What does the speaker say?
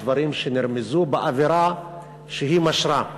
בדברים שנרמזו באווירה שהיא משרה.